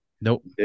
Nope